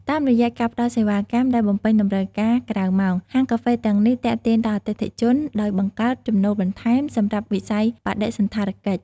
តាមរយៈការផ្តល់សេវាកម្មដែលបំពេញតម្រូវការក្រៅម៉ោង ហាងកាហ្វេទាំងនេះទាក់ទាញដល់អតិថិជន ដោយបង្កើត ចំណូលបន្ថែម សម្រាប់វិស័យបដិសណ្ឋារកិច្ច។